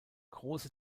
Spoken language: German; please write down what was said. große